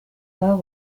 well